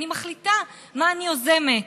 אני מחליטה מה אני יוזמת.